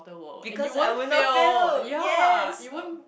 because I will not fail yes